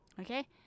okay